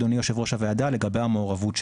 אדוני יושב-ראש הוועדה לגבי המעורבות שלנו.